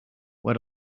what